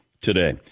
today